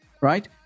right